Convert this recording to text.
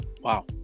Wow